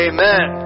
Amen